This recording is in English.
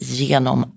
genom